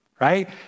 Right